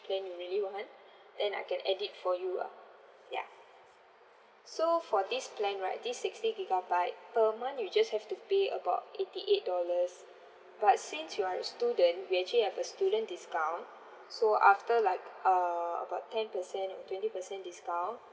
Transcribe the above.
plan you really want then I can edit for you lah ya so for this plan right this sixty gigabyte per month you just have to pay about eighty eight dollars but since you are a student we actually have a student discount so after like uh about ten percent or twenty percent discount